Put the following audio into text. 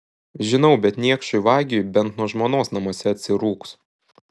žinau bet niekšui vagiui bent nuo žmonos namuose atsirūgs